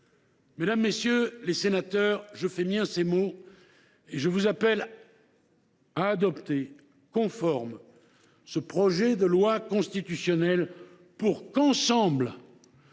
Mesdames, messieurs les sénateurs, je fais miens ses mots, et je vous appelle à adopter conforme ce projet de loi constitutionnelle, pour qu’ensemble